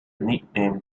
nickname